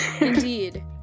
indeed